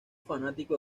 fanático